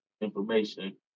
information